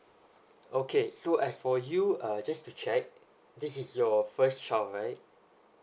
okay so as for you uh just to check this is your first child right